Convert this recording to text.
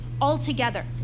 altogether